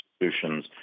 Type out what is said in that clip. institutions